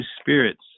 spirits